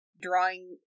drawing